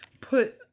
put